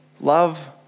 Love